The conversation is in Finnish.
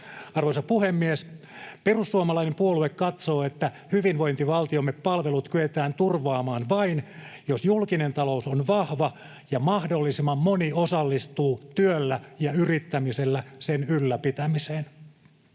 Arvoisa puhemies! Perussuomalainen puolue katsoo, että hyvinvointivaltiomme palvelut kyetään turvaamaan vain, jos julkinen talous on vahva ja mahdollisimman moni osallistuu työllä ja yrittämisellä sen ylläpitämiseen.